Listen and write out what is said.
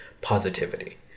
positivity